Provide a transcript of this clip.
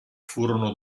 furono